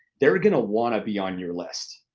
they're gonna wanna be on your list,